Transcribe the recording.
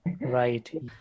Right